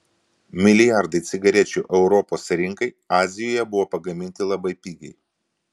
milijardai cigarečių europos rinkai azijoje buvo pagaminta labai pigiai